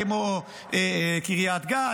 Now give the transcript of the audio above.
כמו קריית גת,